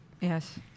Yes